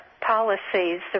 policies